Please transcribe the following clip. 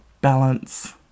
balance